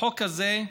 החוק הזה,